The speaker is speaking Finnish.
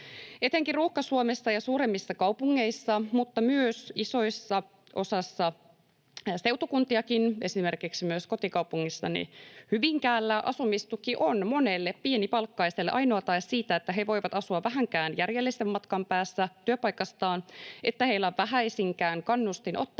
Etenkin ruuhka-Suomessa ja suuremmissa kaupungeissa mutta myös isossa osassa seutukuntiakin, esimerkiksi myös kotikaupungissani Hyvinkäällä, asumistuki on monelle pienipalkkaiselle ainoa tae siitä, että he voivat asua vähänkään järjellisen matkan päässä työpaikastaan, että heillä on vähäisinkään kannustin ottaa vastaan